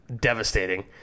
devastating